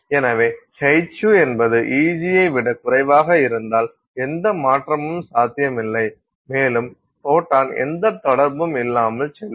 எனவே hυ என்பது Eg ஐ விட குறைவாக இருந்தால் எந்த மாற்றமும் சாத்தியமில்லை மேலும் ஃபோட்டான் எந்த தொடர்பும் இல்லாமல் செல்லும்